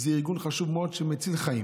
זה ארגון חשוב מאוד שמציל חיים.